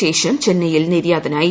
ശേഷൻ ചെന്നൈയിൽ നിര്യാതനായി